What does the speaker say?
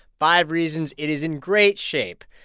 five reasons it is in great shape.